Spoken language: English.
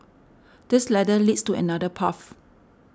this ladder leads to another path